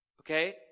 Okay